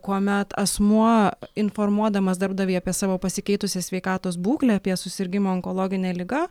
kuomet asmuo informuodamas darbdavį apie savo pasikeitusią sveikatos būklę apie susirgimo onkologine liga